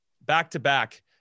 back-to-back